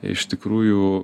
iš tikrųjų